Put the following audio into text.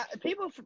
people